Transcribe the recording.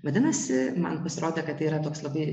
vadinasi man pasirodė kad tai yra toks labai